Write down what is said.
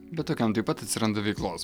bet tokiam taip pat atsiranda veiklos